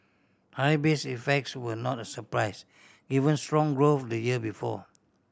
high base effects were not a surprise given strong growth the year before